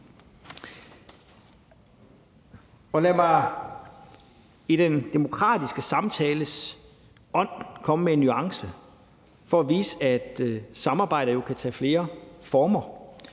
Lad mig i den demokratiske samtales ånd komme med en nuance for at vise, at samarbejde jo kan antage flere former,